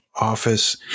Office